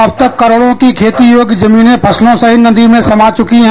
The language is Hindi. अब तक करोड़ों की खेती योग्य जमीन फसलों सहित नदी में समा चुकी है